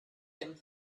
him